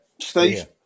Steve